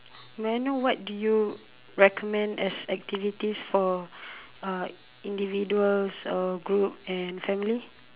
may I know what do you recommend as activities for uh individuals uh group and family